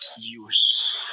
use